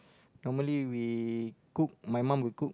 normally we cook my mum will cook